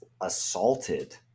assaulted